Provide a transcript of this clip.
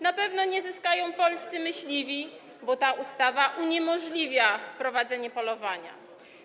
Na pewno nie zyskają polscy myśliwi, bo ta ustawa uniemożliwia prowadzenie polowania.